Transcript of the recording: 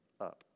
up